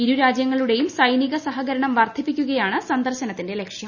ഇരു രാജ്യങ്ങളുടെയും സൈനിക സഹകരണം വർധിപ്പിക്കുകയാണ് സന്ദർശനത്തിന്റെ ലക്ഷ്യം